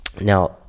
Now